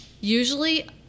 usually